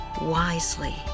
wisely